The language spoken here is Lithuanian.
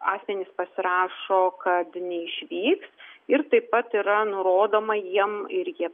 asmenys pasirašo kad neišvyks ir taip pat yra nurodoma jiem ir jie